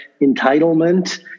entitlement